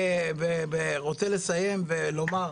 אני רוצה לסיים ולומר,